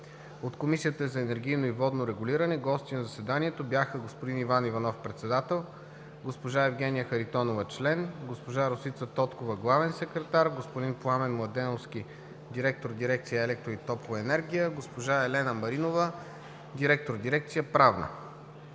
от Комисията за енергийно и водно регулиране гости на заседанието бяха: господин Иван Иванов – председател, госпожа Евгения Харитонова – член, госпожа Росица Тоткова – главен секретар, господин Пламен Младеновски – директор на дирекция „Електро и топлоенергия“, госпожа Елена Маринова – директор на дирекция „Правна“.